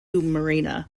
marina